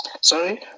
Sorry